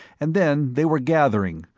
and then they were gathering,